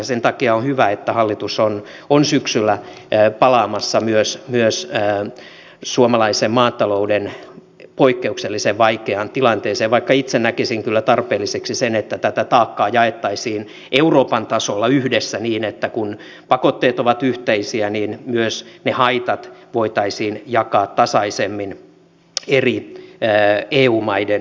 sen takia on hyvä että hallitus on syksyllä palaamassa myös suomalaisen maatalouden poikkeuksellisen vaikeaan tilanteeseen vaikka itse näkisin kyllä tarpeelliseksi sen että tätä taakkaa jaettaisiin euroopan tasolla yhdessä niin että kun pakotteet ovat yhteisiä niin myös ne haitat voitaisiin jakaa tasaisemmin eri eu maiden kesken